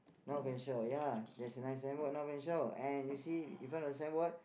north and shore ya there's a nice sign board north and shore and you see in front of the sign board